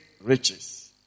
riches